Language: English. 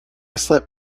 slip